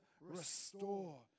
restore